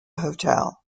hotel